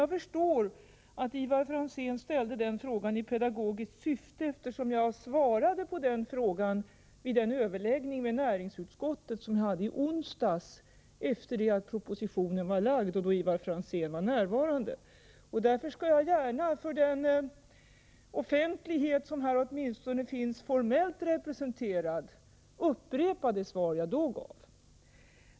Jag förstår att Ivar Franzén ställde den frågan i pedagogiskt syfte, eftersom jag svarade på samma fråga vid den överläggning med näringsutskottet som jag hade i onsdags efter det att propositionen hade lagts fram och då Ivar Franzén var närvarande. Därför skall jag gärna för den offentlighet som här åtminstone formellt finns representerad upprepa det svar jag då gav.